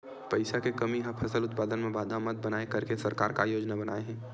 पईसा के कमी हा फसल उत्पादन मा बाधा मत बनाए करके सरकार का योजना बनाए हे?